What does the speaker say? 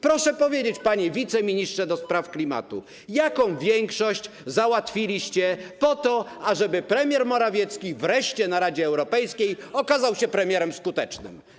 Proszę powiedzieć, panie wiceministrze ds. klimatu, jaką większość załatwiliście po to, ażeby premier Morawiecki wreszcie w Radzie Europejskiej okazał się premierem skutecznym.